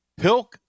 Pilk